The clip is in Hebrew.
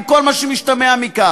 עם כל מה שמשתמע מכך.